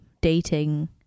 Dating